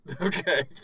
Okay